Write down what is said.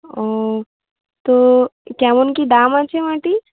ও তো কেমন কী দাম আছে মাটির